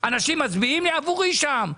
אנשים מצביעים עבורי שם?